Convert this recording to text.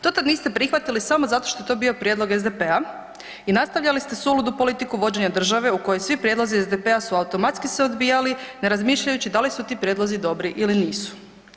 To tad niste prihvatili samo zato što je to bio prijedlog SDP-a i nastavljali ste suludu politiku vođenja države u kojoj svi prijedlozi SDP-a su automatski se odbijali ne razmišljajući da li su ti prijedlozi dobri ili nisu.